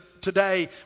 today